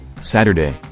Saturday